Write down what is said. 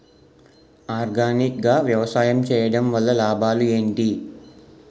Organic గా వ్యవసాయం చేయడం వల్ల లాభాలు ఏంటి?